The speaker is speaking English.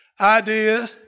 idea